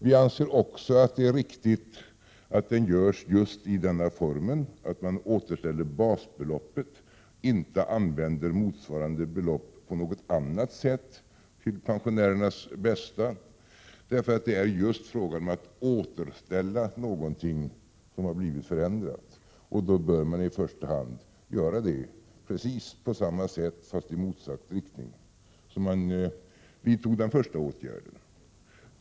Jag anser också att det är riktigt att den görs just i denna form, dvs. att man återställer basbeloppet och inte använder motsvarande summa på något annat sätt till pensionärernas bästa. Det är nämligen just fråga om att återställa någonting som har blivit förändrat, och då bör man i första hand göra det på precis samma sätt — fast i motsatt riktning — som när man vidtog den första åtgärden.